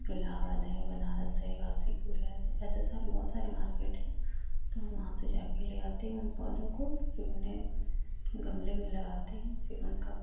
इलाहबाद है बनारस है गाजीपुर है ऐसे सारे बहुत सारे मार्केट हैं तो हम वहाँ से जा कर ले आती हूँ उन पौधों को फिर उन्हें गमले में लगाती हूँ फिर उनका